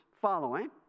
following